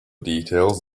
details